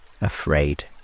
afraid